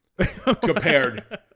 compared